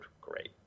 Great